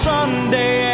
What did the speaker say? Sunday